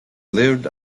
lived